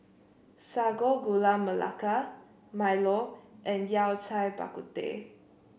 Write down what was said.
Sago Gula Melaka milo and Yao Cai Bak Kut Teh